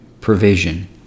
provision